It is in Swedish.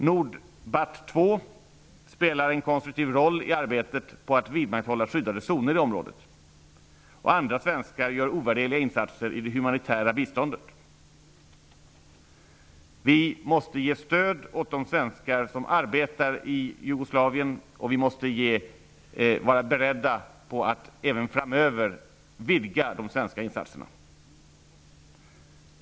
Nordbat 2 spelar en konstruktiv roll i arbetet på att vidmakthålla skyddade zoner i området, och andra svenskar gör ovärderliga insatser i det humanitära biståndet. Vi måste ge vårt stöd åt de svenskar som arbetar i Jugoslavien, och vi måste vara beredda att även framöver vidga de svenska insatserna.